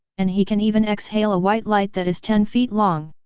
and he can even exhale a white light that is ten feet long?